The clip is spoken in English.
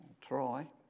try